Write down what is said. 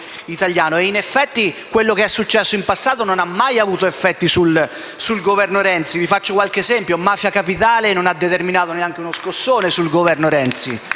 In effetti, quello che è successo in passato non ha mai avuto effetti sul Governo Renzi e faccio qualche esempio: Mafia Capitale non ha determinato neanche uno scossone sul governo Renzi.